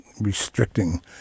restricting